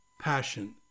passion